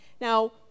Now